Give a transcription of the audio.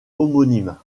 homonyme